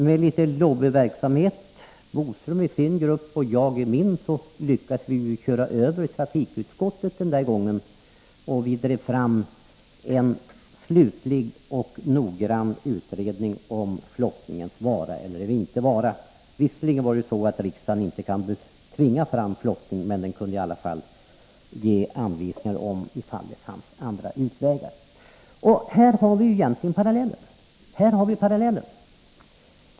Med litet lobbyverksamhet, av Curt Boström i sin grupp och av mig i min, lyckades vi den gången köra över trafikutskottet och driva fram en slutlig och noggrann utredning om flottningens vara eller icke vara. Visserligen kunde inte riksdagen tvinga fram flottning, men den kunde i alla fall ge anvisningar om huruvida det fanns andra utvägar. Här har vi en parallell.